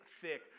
thick